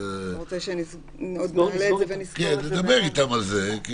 אפשר לדבר איתם על זה.